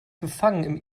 gefangen